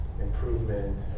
improvement